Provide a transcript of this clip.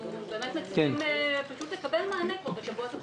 אנחנו מצפים לקבל מענה פה בשבועות הקרובים.